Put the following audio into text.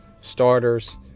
starters